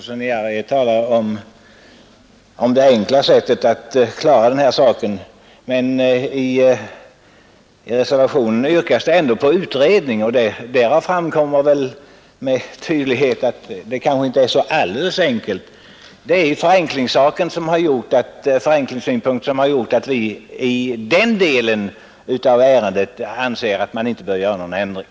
Herr talman! Herr Josefson i Arrie talar om det enkla sättet att klara den här saken. Men i reservationen yrkas det ändå på utredning, och därav framgår helt tydligt att det kanske inte är så alldeles enkelt. Det är förenklingssynpunkten som har gjort att vi i den delen av ärendet anser att man inte bör göra någon ändring.